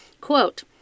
Quote